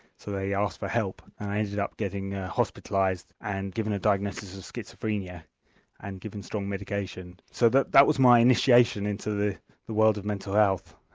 so they asked for i ended up getting hospitalised and given a diagnosis of schizophrenia and given strong medication. so that that was my initiation into the the world of mental health,